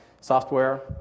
software